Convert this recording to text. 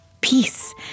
peace